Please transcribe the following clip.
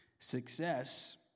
Success